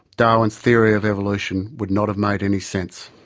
darwin's theory of evolution would not have made any sense.